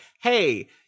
hey